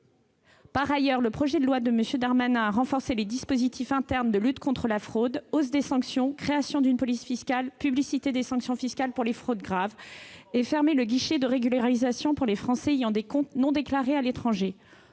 la fraude, qu'a défendue M. Darmanin, a renforcé les dispositifs internes de lutte contre la fraude : aggravation des sanctions, création d'une police fiscale, publicité des sanctions fiscales pour les fraudes graves, enfin fermeture du guichet de régularisation pour les Français ayant des comptes non déclarés à l'étranger.